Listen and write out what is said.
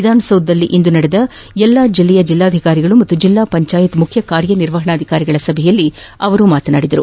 ವಿಧಾನಸೌಧದಲ್ಲಿ ಇಂದು ನಡೆದ ಎಲ್ಲಾ ಜಿಲ್ಲೆಯ ಜಿಲ್ಲಾಧಿಕಾರಿಗಳು ಹಾಗೂ ಜಿಲ್ಲಾ ಪಂಚಾಯತ್ ಮುಖ್ಯ ಕಾರ್ಯನಿರ್ವಹಣಾಧಿಕಾರಿಗಳ ಸಭೆಯಲ್ಲಿ ಅವರು ಮಾತನಾಡುತ್ತಿದ್ದರು